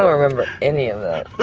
remember any of that.